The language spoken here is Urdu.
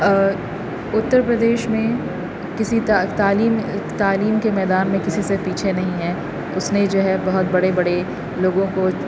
اتر پردیش میں کسی تعلیم تعلیم کے میدان میں کسی سے پیچھے نہیں ہیں اس نے جو ہے بہت بڑے بڑے لوگوں کو